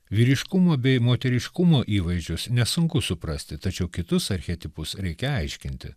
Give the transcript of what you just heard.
vyriškumo bei moteriškumo įvaizdžius nesunku suprasti tačiau kitus archetipus reikia aiškinti